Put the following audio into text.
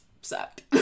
sucked